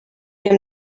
hem